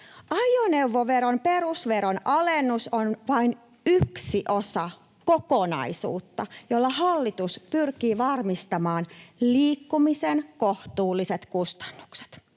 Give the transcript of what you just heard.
Ajoneuvoveron perusveron alennus on vain yksi osa kokonaisuutta, jolla hallitus pyrkii varmistamaan liikkumisen kohtuulliset kustannukset.